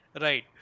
Right